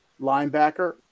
linebacker